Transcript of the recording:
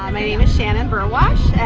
um name is shannon burwash,